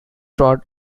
trod